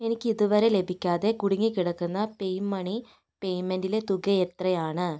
എനിക്ക് ഇതുവരെ ലഭിക്കാതെ കുടുങ്ങിക്കിടക്കുന്ന പേയു മണി പേയ്മെൻറിലെ തുക എത്രയാണ്